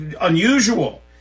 unusual